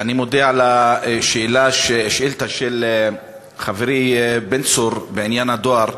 אני מודה על השאילתה של חברי בן צור בעניין הדואר.